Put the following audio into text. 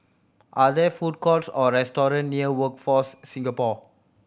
are there food courts or restaurant near Workforce Singapore